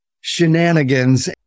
shenanigans